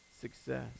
success